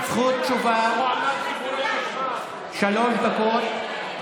רשות תשובה, שלוש דקות.